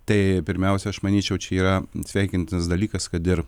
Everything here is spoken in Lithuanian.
tai pirmiausia aš manyčiau čia yra sveikintinas dalykas kad ir